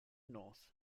north